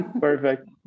Perfect